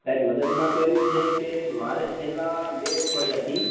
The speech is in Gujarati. સાહેબ મદદમાં તો એવું છે કે મારે છેલ્લા બે અઠવાડિયાથી